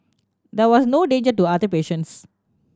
there was no danger to other patients